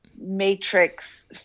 matrix